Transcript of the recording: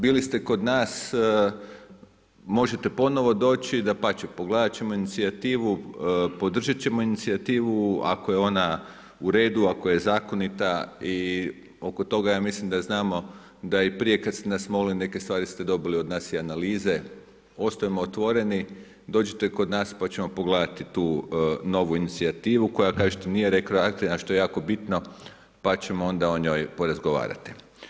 Bili ste kod nas, možete ponovno doći, dapače, pogledati ćemo inicijativu, podržati ćemo inicijativu, ako je ona u redu, ako zakonito i oko toga, ja mislim, da znamo, da i prije kad ste me molili neke stvari ste dobili i od nas i analize, ostajemo otvoreni, dođite kod nas pa ćemo pogledati tu novu inicijativu, koja kažete nije retroaktivna, što je jako bitno, pa ćemo onda o njoj porazgovarati.